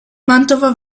mantova